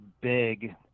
big